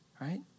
right